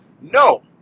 No